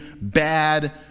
bad